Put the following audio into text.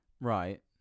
Right